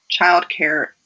childcare